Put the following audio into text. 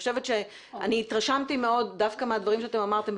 אני התרשמתי מאוד דווקא מהדברים שאמרתם,